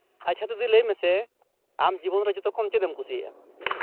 ᱟᱪᱪᱷᱟ ᱫᱤᱫᱤ ᱞᱟᱹᱭ ᱢᱮᱥᱮ ᱟᱢ ᱡᱤᱵᱚᱱ ᱨᱮ ᱡᱚᱛᱚ ᱠᱷᱚᱱ ᱪᱮᱫ ᱮᱢ ᱠᱩᱥᱩᱭᱟᱜᱼᱟ